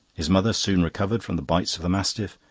his mother soon recovered from the bites of the mastiff,